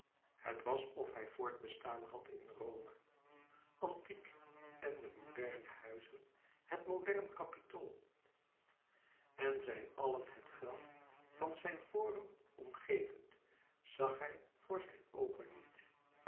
het was of hij voorbestaan had in rome antiek en de moderne huizen het modern capitool en zij allen het graf van zijn forum omgevelend zag hij voor zijn oogen niet